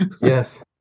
Yes